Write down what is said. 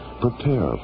prepare